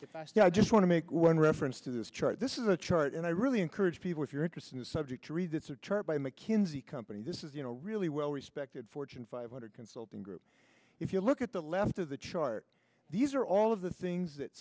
and i just want to make one reference to this chart this is a chart and i really encourage people if you're interested in the subject to read the chart by mckinsey company this is you know really well respected fortune five hundred consulting group if you look at the left of the chart these are all of the things that